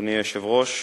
אדוני היושב-ראש,